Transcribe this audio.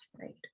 right